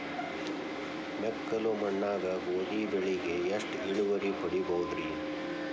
ಮೆಕ್ಕಲು ಮಣ್ಣಾಗ ಗೋಧಿ ಬೆಳಿಗೆ ಎಷ್ಟ ಇಳುವರಿ ಪಡಿಬಹುದ್ರಿ?